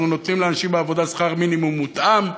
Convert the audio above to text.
אנחנו נותנים לאנשים בעבודה שכר מינימום מותאם,